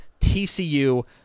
TCU